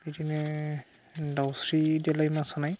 बिदिनो दाउस्रि देलाय मोसानाय